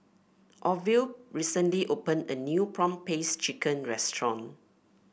Orville recently opened a new prawn paste chicken restaurant